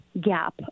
gap